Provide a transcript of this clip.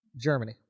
Germany